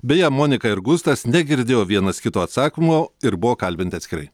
beje monika ir gustas negirdėjo vienas kito atsakymo ir buvo kalbinti atskirai